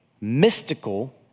mystical